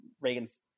Reagan's